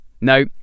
No